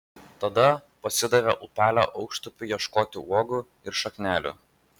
tada pasidavė upelio aukštupiu ieškoti uogų ir šaknelių